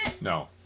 No